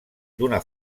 d’una